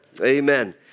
Amen